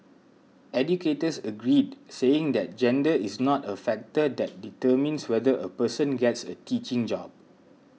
educators agreed saying that gender is not a factor that determines whether a person gets a teaching job